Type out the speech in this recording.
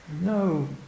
No